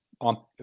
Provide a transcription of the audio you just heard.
on